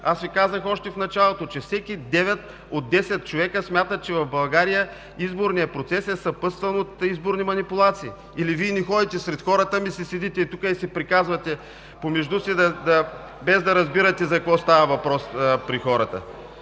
Аз Ви казах още в началото, че всеки девет от десет човека смятат, че в България изборният процес е съпътстван от изборни манипулации, или Вие не ходите сред хората, ами си седите тук и си приказвате помежду си, без да разбирате за какво става въпрос при хората.